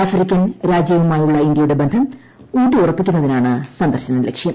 African രാജ്യവുമായുള്ള ഇന്ത്യയുടെ ബന്ധം ഊട്ടി ഉറപ്പിക്കുന്നതാണ് സന്ദർശന ലക്ഷ്യം